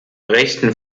rechten